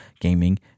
gaming